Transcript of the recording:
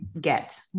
get